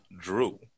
Drew